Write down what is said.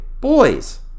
boys